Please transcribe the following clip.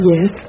Yes